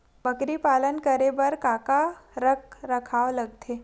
बकरी पालन करे बर काका रख रखाव लगथे?